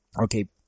Okay